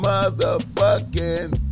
Motherfucking